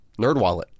NerdWallet